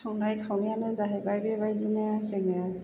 संनाय खावनायानो जाहैबाय बेबायदिनो जोङो